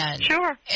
sure